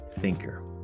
thinker